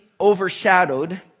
overshadowed